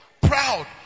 proud